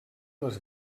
les